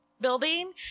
building